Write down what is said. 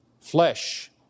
flesh